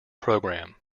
programme